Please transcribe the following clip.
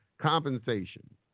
Compensation